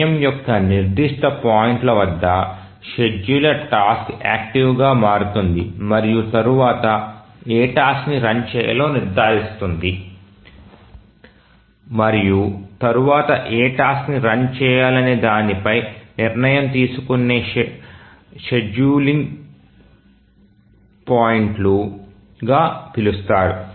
సమయం యొక్క నిర్దిష్ట పాయింట్ల వద్ద షెడ్యూలర్ టాస్క్ యాక్టివ్గా మారుతుంది మరియు తరువాత ఏ టాస్క్ ని రన్ చేయాలో నిర్ణయిస్తుంది మరియు తరువాత ఏ టాస్క్ ని రన్ చేయాలనే దాని పై నిర్ణయం తీసుకునే పాయింట్లను షెడ్యూలింగ్ పాయింట్లుగా పిలుస్తారు